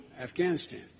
Afghanistan